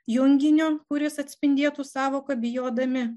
junginio kuris atspindėtų sąvoką bijodami